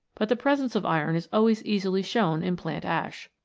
but the presence of iron is always easily shown in plant ash.